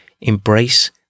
embrace